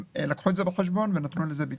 לקחו את זה בחשבון ונתנו לזה ביטוי.